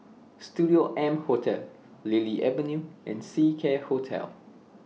Studio M Hotel Lily Avenue and Seacare Hotel